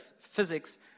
physics